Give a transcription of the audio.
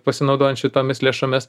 pasinaudojančių tomis lėšomis